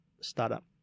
startup